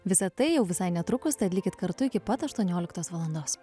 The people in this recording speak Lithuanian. visa tai jau visai netrukus tad likit kartu iki pat aštuonioliktos valandos